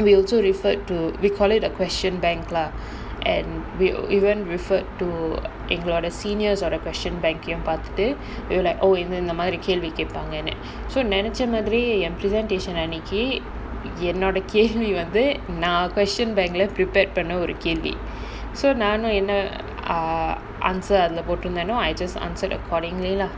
we also referred to we call it a question bank lah and we even referred to எங்களோட:engaloda seniors ஓட:oda question bank உம் பாத்துட்டு:um paathutu they will like oh இந்த இந்த மாரி கேள்வி கேப்பாங்கனு:intha intha maari kaelvi kaepaanganu so நெனைச்சா மாரியே:nenaicha maariyae presentation அன்னிக்கி என்னோட கேள்வி வந்து நான்:annikki ennoda kaelvi vanthu naan question bank leh prepared பண்ண ஒரு கேள்வி:panna oru kaelvi so நானும் என்ன அது போட்டு இருந்தானோ:naanum enna athu potu irunthano err answer அதுல போட்டு இருந்தானோ:athula potu irunthano I just answered accordingly lah